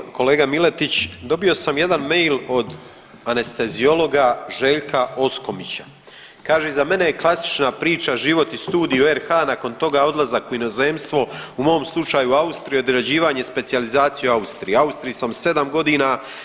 Poštovani kolega Miletić, dobio sam jedan mail od anesteziologa Željka Oskomića, kaže iza mene je klasična priča, život i studio u RH, nakon toga odlazak u inozemstvo, u mom slučaju u Austriju i odrađivanje specijalizacije u Austriji, u Austriji sam 7.g.